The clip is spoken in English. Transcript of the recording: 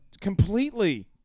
completely